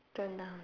tone down